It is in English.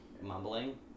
mumbling